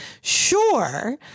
Sure